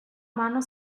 mano